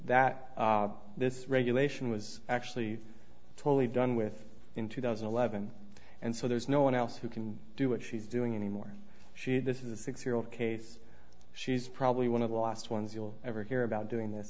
that this regulation was actually totally done with in two thousand and eleven and so there's no one else who can do what she's doing anymore she this is a six year old case she's probably one of the last ones you'll ever hear about doing this